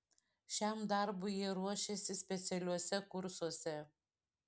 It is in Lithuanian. šiam darbui jie ruošiasi specialiuose kursuose